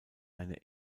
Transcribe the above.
eine